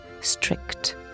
strict